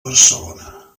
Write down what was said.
barcelona